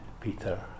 Peter